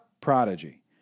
prodigy